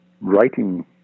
writing